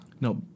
No